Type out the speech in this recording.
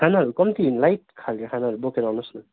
खानाहरू कम्ती लाइट खाल्के खानाहरू बोकेर आउनुहोस् न